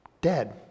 dead